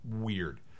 Weird